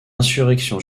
insurrection